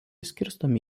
skirstomi